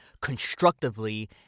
constructively